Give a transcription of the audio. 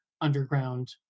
underground